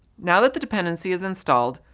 now that the dependency is installed,